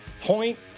Point